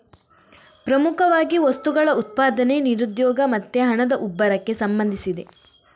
ಪ್ರಮುಖವಾಗಿ ವಸ್ತುಗಳ ಉತ್ಪಾದನೆ, ನಿರುದ್ಯೋಗ ಮತ್ತೆ ಹಣದ ಉಬ್ಬರಕ್ಕೆ ಸಂಬಂಧಿಸಿದೆ